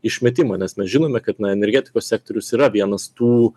išmetimą nes mes žinome kad na energetikos sektorius yra vienas tų